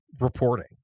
reporting